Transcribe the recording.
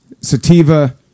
Sativa